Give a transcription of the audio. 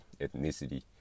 ethnicity